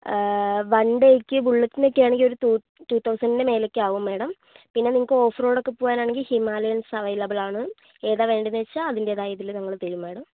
one ഡേയ്ക്ക് ബുള്ളറ്റിനൊക്കെ ആണെങ്കിൽ ഒരു ടൂ തൗസൻ്റിന്റെ മേലെയൊക്കെ ആവും മാഡം പിന്നെ നിങ്ങൾക്ക് ഓഫ് റോഡ് ഒക്കെ പോവാൻ ആണെങ്കിൽ ഹിമാലയൻസ് അവൈലബിൾ ആണ് ഏതാണ് വേണ്ടത് എന്നുവച്ചാൽ അതിന്റേതായ ഇതിൽ ഞങ്ങൾ തരും മാഡം